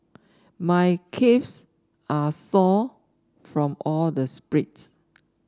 my calves are sore from all the sprints